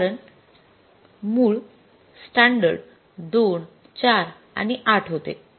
कारण मूळ स्टॅंडर्ड २ ४ आणि ८ होते